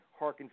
harkens